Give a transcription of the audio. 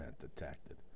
detected